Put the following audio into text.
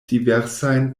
diversajn